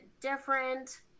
different